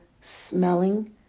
smelling